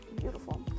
beautiful